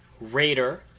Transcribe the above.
Raider